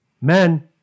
Men